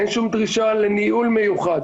אין שום דרישה לניהול מיוחד,